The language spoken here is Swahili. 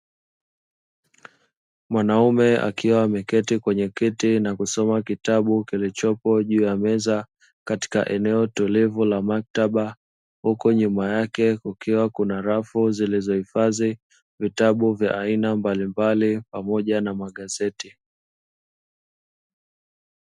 Mwanaume akiwa ameketi kwenye kiti na kusoma kitabu kilichopo juu ya meza katika eneo tulivu la maktaba, huku nyuma yake kukiwa kuna rafu zilizohifadhi vitabu vya aina mbalimbali pamoja na magazeti.